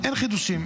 אין חידושים.